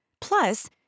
Plus